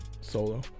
Solo